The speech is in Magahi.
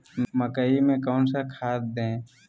मकई में कौन सा खाद दे?